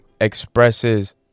expresses